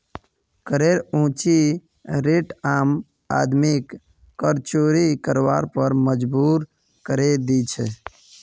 करेर ऊँची रेट आम आदमीक कर चोरी करवार पर मजबूर करे दी छे